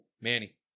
Manny